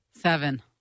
seven